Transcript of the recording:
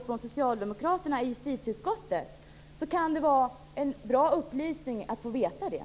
Om socialdemokraterna i justitieutskottet anser det kan det vara bra att få veta det.